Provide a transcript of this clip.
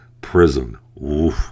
prison